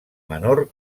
menor